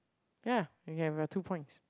ya you can have your two points